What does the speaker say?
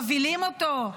מבהילים אותו,